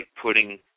putting